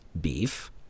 beef